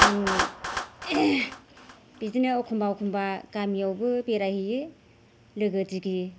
आं बिदिनो एखमब्ला एखमब्ला गामिआवबो बेरायहैयो लोगो दिगि